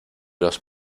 los